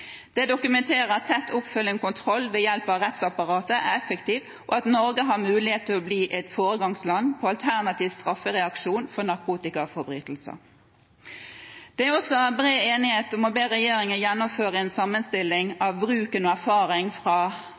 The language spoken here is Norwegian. Det dokumenterer at tett oppfølging og kontroll ved hjelp av rettsapparatet er effektivt, og at Norge har mulighet til å bli et foregangsland innen alternativ straffereaksjon for narkotikaforbrytelser. Det er også bred enighet om å be regjeringen gjennomføre en sammenstilling av bruken av og erfaringen fra